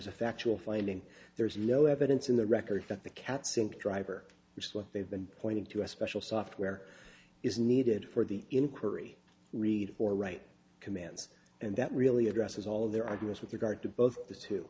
is a factual finding there is no evidence in the record that the cat sync driver which is what they've been pointing to as special software is needed for the inquiry read or write commands and that really addresses all of their arguments with regard to both t